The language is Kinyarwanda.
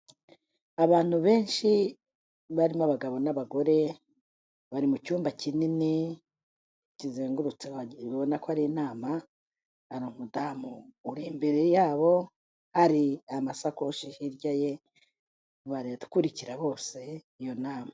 Abantu benshi barimo abagabo n'abagore, bari mu cyumba kinini kizengurutse, ubona ko ari inama, hari umudamu uri imbere yabo, hari amasakoshi hirya ye, barakurikira bose iyo nama.